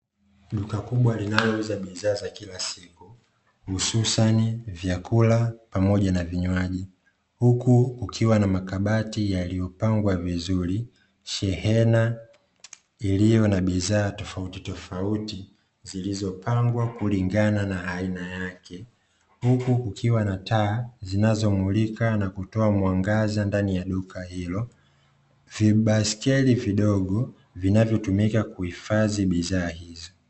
Duka kubwa linalouza bidhaa za kila siku, hususani vyakula pamoja na vinywaji huku ukiwa na makabati yaliyopangwa vizuri, shehena iliyo na bidhaa tofautitofauti, zilizopangwa kulingana na aina yake. Huku ikiwa na taa zinazomulika na kutoa mwangaza ndani ya duka hilo, vibaiskeli vidogo vinavyotumika kuhifadhi bidhaa hizo.